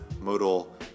modal